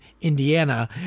Indiana